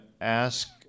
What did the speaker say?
ask